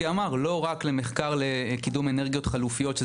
אמר לא רק למחקר לקידום אנרגיות חלופיות,